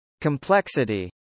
Complexity